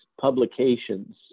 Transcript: publications